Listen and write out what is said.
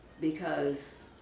because